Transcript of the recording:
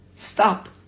Stop